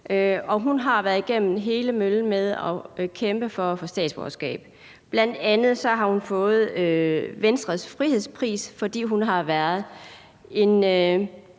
og hun har været igennem hele møllen med at kæmpe for at få statsborgerskab. Bl.a. har hun fået Venstres Frihedspris, fordi hun har været en